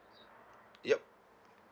yup